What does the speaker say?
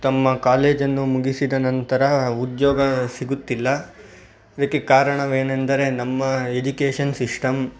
ತಮ್ಮ ಕಾಲೇಜನ್ನು ಮುಗಿಸಿದ ನಂತರ ಉದ್ಯೋಗ ಸಿಗುತ್ತಿಲ್ಲ ಇದಕ್ಕೆ ಕಾರಣವೇನೆಂದರೆ ನಮ್ಮ ಎಜುಕೇಷನ್ ಸಿಶ್ಟಮ್